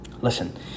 Listen